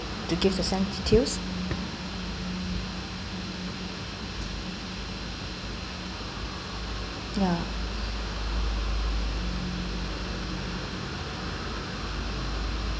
to give uh some details ya